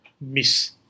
miss